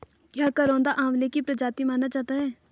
क्या करौंदा आंवले की प्रजाति माना जाता है?